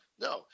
No